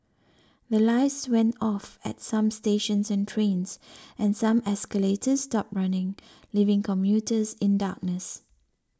the lights went off at some stations and trains and some escalators stopped running leaving commuters in darkness